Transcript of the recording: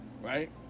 right